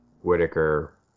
Whitaker